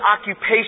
occupation